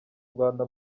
rwanda